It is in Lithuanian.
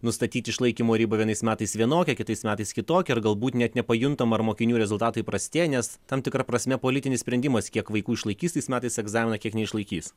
nustatyti išlaikymo ribą vienais metais vienokią kitais metais kitokią ir galbūt net nepajuntam ar mokinių rezultatai prastėja nes tam tikra prasme politinis sprendimas kiek vaikų išlaikys tais metais egzaminą kiek neišlaikys